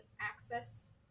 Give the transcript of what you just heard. access